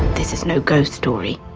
this is no ghost story.